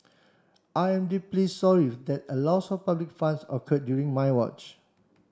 I am deeply sorry that a loss of public funds occurred during my watch